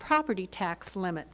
property tax limit